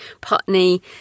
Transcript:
Putney